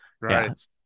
right